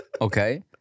Okay